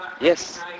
Yes